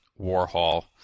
Warhol